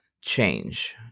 change